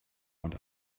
und